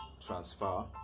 transfer